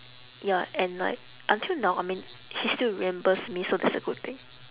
ya and like until now I mean she still remembers me so that's a good thing